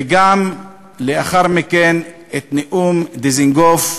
וגם לאחר מכן, נאום דיזנגוף,